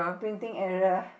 printing error